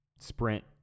sprint